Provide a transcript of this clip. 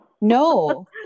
No